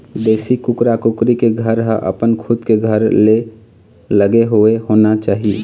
देशी कुकरा कुकरी के घर ह अपन खुद के घर ले लगे हुए होना चाही